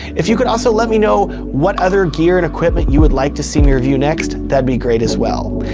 if you could also let me know what other gear and equipment you would like to see me review next, that'd be great as well.